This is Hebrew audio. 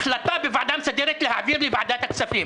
החלטה בוועדה המסדרת להעביר לוועדת הכספים.